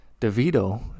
DeVito